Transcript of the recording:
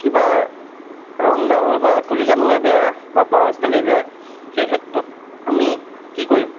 কিবা ৰংডাল বা তুলিকাডালেই বেয়া বা ব্ৰাছডালেই বেয়া সেই ক্ষেত্ৰত আমি কি কৰিম